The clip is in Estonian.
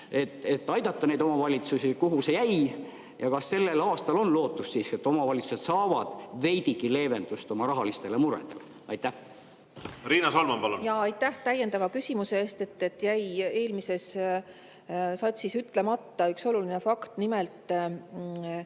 et aidata neid omavalitsusi. Kuhu see jäi? Ja kas sellel aastal on lootust siiski, et omavalitsused saavad veidigi leevendust oma rahalistele muredele? Riina Solman, palun! Riina Solman, palun! Aitäh täiendava küsimuse eest! Eelmises satsis jäi ütlemata üks oluline fakt. Nimelt,